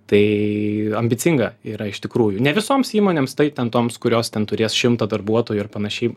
tai ambicinga yra iš tikrųjų ne visoms įmonėms taip ten toms kurios ten turės šimtą darbuotojų ir panašiai